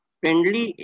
friendly